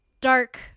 dark